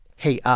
hey. ah